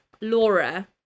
Laura